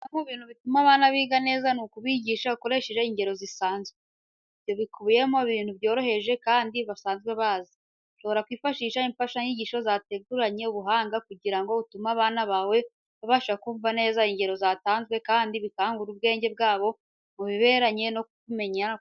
Kimwe mu bintu bituma abana biga neza, ni ukubigisha ukoresheje ingero zisanzwe. Ibyo bikubiyemo ibintu byoroheje kandi basanzwe bazi. Ushobora kwifashisha imfashanyigisho zateguranwe ubuhanga kugira ngo utume abana bawe babasha kumva neza ingero zatanzwe kandi bikangure ubwenge bwabo mu bihereranye no kumenya kubara.